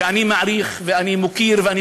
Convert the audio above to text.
שאני מעריך ואני מוקיר, נא לסיים, אדוני.